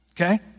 okay